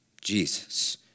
Jesus